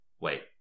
Wait